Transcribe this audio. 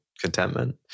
contentment